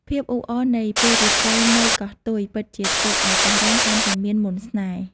ភាពអ៊ូអរនៃពេលរាត្រីនៅកោះទុយ ពិតជាធ្វើឲ្យកោះរ៉ុងកាន់តែមានមន្តស្នេហ៍។